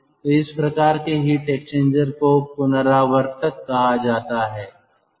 तो इस प्रकार के हीट एक्सचेंजर्स को रिकूपरेटर कहा जाता है